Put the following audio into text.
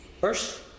first